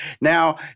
Now